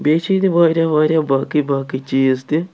بیٚیہِ چھِ ییٚتہِ واریاہ واریاہ باقٕے باقٕے چیٖز تہٕ